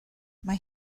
mae